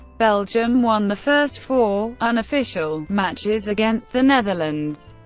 belgium won the first four unofficial matches against the netherlands,